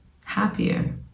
happier